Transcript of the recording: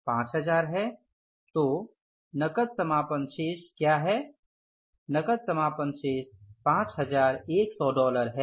तो नकद समापन शेष क्या है नकद समापन शेष 5100 डॉलर है